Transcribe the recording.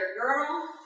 Girl